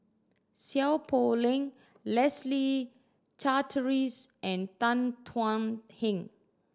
Seow Poh Leng Leslie Charteris and Tan Thuan Heng